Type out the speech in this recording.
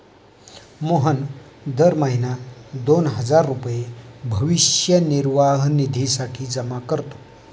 मोहन दर महीना दोन हजार रुपये भविष्य निर्वाह निधीसाठी जमा करतो